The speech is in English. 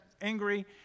angry